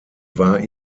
war